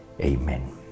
Amen